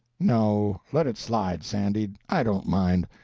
no, let it slide, sandy, i don't mind.